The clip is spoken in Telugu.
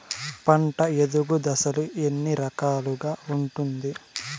పంట ఎదుగు దశలు ఎన్ని రకాలుగా ఉంటుంది?